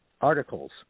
articles